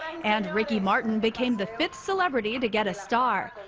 and ricky martin became the fifth celebrity to get a star.